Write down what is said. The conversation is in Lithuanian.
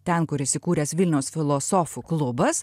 ten kur įsikūręs vilniaus filosofų klubas